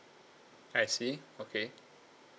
I see okay